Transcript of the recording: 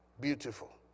beautiful